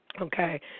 okay